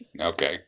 Okay